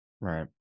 Right